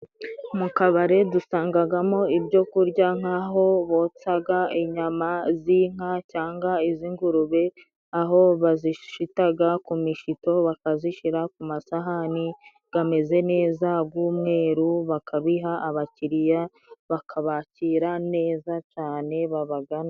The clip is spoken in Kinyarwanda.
Mu kabare dusangagamo ibyo kurya nk'aho botsaga inyama z'inka cyangwa iz'ingurube aho bazishitaga ku mishito bakazishyira ku masahani gameze neza g'umweru bakabiha abakiriya bakabakira neza cyane babagana.